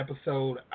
episode